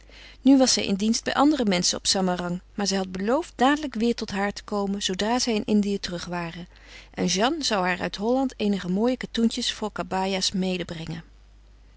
nu was zij in dienst bij andere menschen op samarang maar zij had beloofd dadelijk weêr tot haar te komen zoodra zij in indië terug waren en jeanne zou haar uit holland eenige mooie katoentjes voor kabaia's